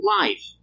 life